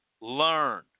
Learn